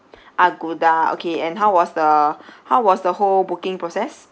Agoda okay and how was the how was the whole booking process